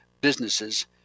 businesses